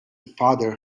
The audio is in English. father